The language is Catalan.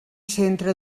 centre